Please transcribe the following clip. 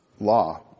law